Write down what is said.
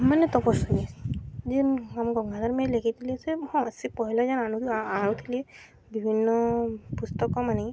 ମାନେ ତପସ୍ଵିନୀ ଯେନ୍ ଆମ ଗଙ୍ଗାଧର ମେହେର ଲେଖିଥିଲେ ସେ ହଁ ସେ ପହିଲା ଯେନ୍ ଆଣୁ ଆଣୁଥିଲେ ବିଭିନ୍ନ ପୁସ୍ତକମାନେ